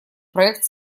проект